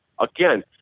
Again